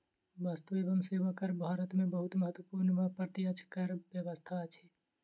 वस्तु एवं सेवा कर भारत में बहुत महत्वपूर्ण अप्रत्यक्ष कर व्यवस्था अछि